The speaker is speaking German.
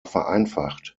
vereinfacht